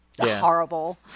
Horrible